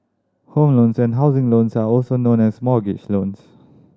home loans and housing loans are also known as mortgage loans